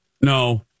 no